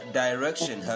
direction